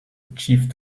achieved